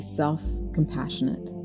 self-compassionate